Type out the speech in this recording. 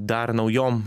dar naujom